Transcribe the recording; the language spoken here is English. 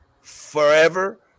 forever